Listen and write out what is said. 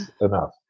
enough